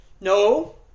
No